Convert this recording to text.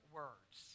words